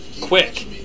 quick